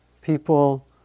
People